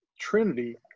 Trinity